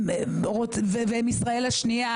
והם ישראל השנייה,